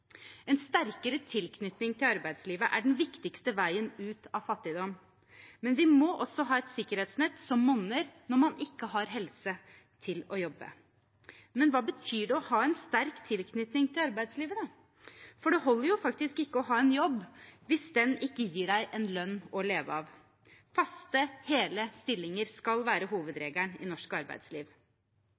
En sterkere tilknytning til arbeidslivet er den viktigste veien ut av fattigdom, men vi må også ha et sikkerhetsnett som monner når man ikke har helse til å jobbe. Men hva betyr det å ha en sterk tilknytning til arbeidslivet? For det holder faktisk ikke å ha en jobb hvis den ikke gir deg en lønn å leve av. Faste, hele stillinger skal være hovedregelen i norsk arbeidsliv.